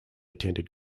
attended